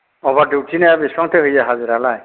अभार दिउथिना बिसिबांथो होयो हाजिरायालाय